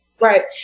Right